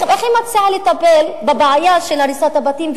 איך היא מציעה לטפל בבעיה של הריסת הבתים?